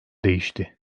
değişti